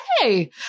hey